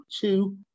two